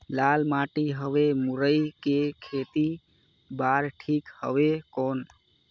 लाल माटी हवे मुरई के खेती बार ठीक हवे कौन?